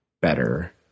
better